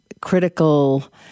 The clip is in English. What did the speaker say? critical